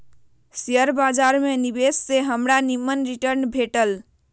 share बाजार में निवेश से हमरा निम्मन रिटर्न भेटल